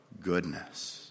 goodness